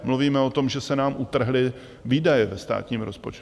Mluvíme o tom, že se nám utrhly výdaje ve státním rozpočtu.